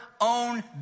own